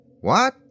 What